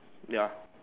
ya